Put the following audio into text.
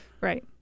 Right